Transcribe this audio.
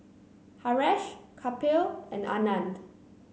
Haresh Kapil and Anand